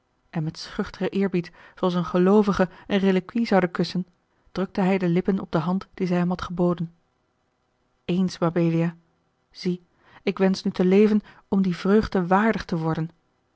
en met schuchteren eerbied zooals een geloovige een reliquie zoude kussen drukte hij de lippen op de hand die zij hem had geboden eens mabelia zie ik wensch nu te leven om die vreugde waardig te worden